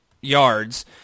yards